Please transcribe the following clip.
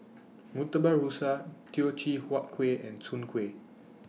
Murtabak Rusa Teochew Huat Kuih and Soon Kuih